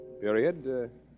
Period